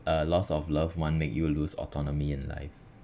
uh loss of loved one make you lose autonomy in life